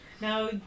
Now